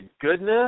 goodness